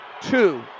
two